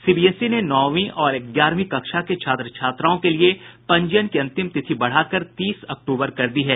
CBSE ने नौवीं और ग्यारहवीं कक्षा के छात्र छात्राओं के लिए पंजीयन की अंतिम तिथि बढ़ाकर तीस अक्टूबर कर दी है